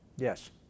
Yes